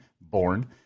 born